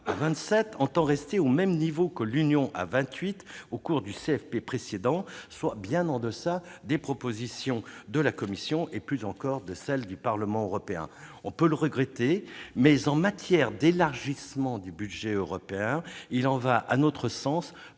entend rester au même niveau budgétaire que l'Union à vingt-huit au cours du CFP précédent, soit bien en deçà des propositions de la Commission européenne, et plus encore de celles du Parlement européen. On peut le regretter, mais, en matière d'élargissement du budget européen, il en va, à notre sens,